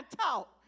talk